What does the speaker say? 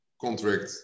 contract